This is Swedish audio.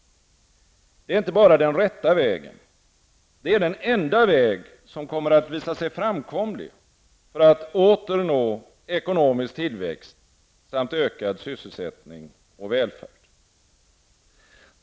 Det är inte bara den rätta vägen -- det är den enda väg som kommer att visa sig framkomlig för att åter nå ekonomisk tillväxt samt ökad sysselsättning och välfärd.